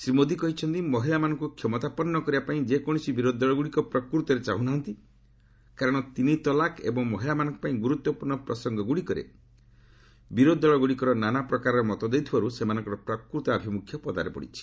ଶ୍ରୀ ମୋଦି କହିଛନ୍ତି ମହିଳାମାନଙ୍କୁ କ୍ଷମତାପନ୍ନ କରିବା ପାଇଁ କୌଣସି ବିରୋଧୀ ଦଳଗୁଡ଼ିକ ପ୍ରକୃତରେ ଚାହୁଁ ନାହାନ୍ତି କାରଣ ତିନି ତଲାକ୍ ଏବଂ ମହିଳାମାନଙ୍କ ପାଇଁ ଗୁରୁତ୍ୱପୂର୍ଣ୍ଣ ପ୍ରସଙ୍ଗଗୁଡ଼ିକରେ ବିରୋଧୀ ଦଳଗୁଡ଼ିକ ନାନା ପ୍ରକାରର ମତ ଦେଉଥିବାରୁ ସେମାନଙ୍କର ପ୍ରକୃତ ଆଭିମୁଖ୍ୟ ପଦାରେ ପଡ଼ିଛି